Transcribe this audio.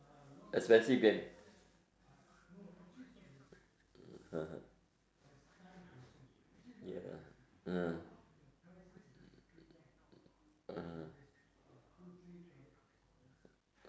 expensive game (uh huh) ya mm (uh huh)